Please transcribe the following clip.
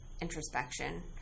introspection